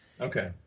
Okay